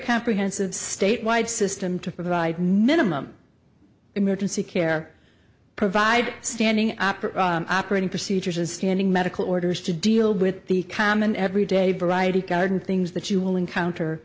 comprehensive statewide system to provide minimum emergency care provide standing operating procedures and standing medical orders to deal with the common everyday variety guard things that you will encounter